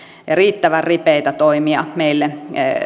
ja riittävän ripeitä toimia meille